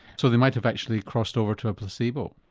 so they might have actually crossed over to a placebo?